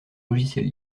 logiciels